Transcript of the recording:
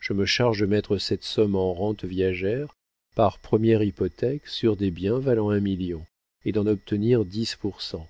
je me charge de mettre cette somme en rentes viagères par première hypothèque sur des biens valant un million et d'en obtenir dix pour cent